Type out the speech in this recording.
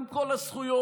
עם כל הזכויות,